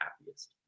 happiest